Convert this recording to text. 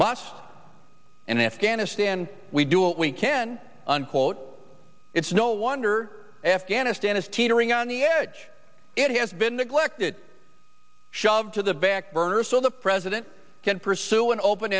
must in afghanistan we do what we can it's no wonder afghanistan is teetering on the edge it has been neglected to the backburner so the president can pursue an open